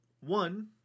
one